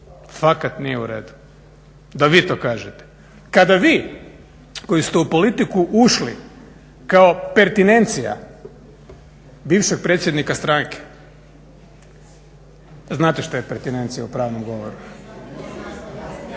Fakat nije u redu da vi to kažete. Kada vi koji ste u politiku ušli kao pertinencija bivšeg predsjednika stranke a znate što je pertinencija u pravnom govoru